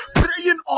praying